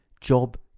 job